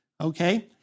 okay